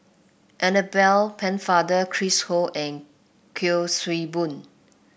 Annabel Pennefather Chris Ho and Kuik Swee Boon